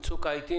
בצוק העתים,